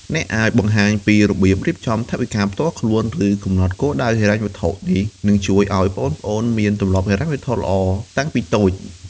អ្នកអាចបង្ហាញពីរបៀបរៀបចំថវិកាផ្ទាល់ខ្លួន ឬកំណត់គោលដៅហិរញ្ញវត្ថុ នេះនឹងជួយឱ្យប្អូនៗមាន ទម្លាប់ហិរញ្ញវត្ថុល្អ តាំងពីតូច ។